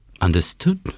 understood